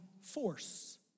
force